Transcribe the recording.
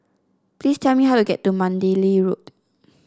please tell me how to get to Mandalay Road